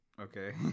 okay